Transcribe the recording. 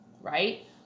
Right